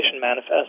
manifest